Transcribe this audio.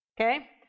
Okay